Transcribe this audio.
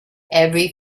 every